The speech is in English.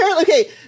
okay